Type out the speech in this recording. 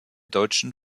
deutschen